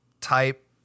type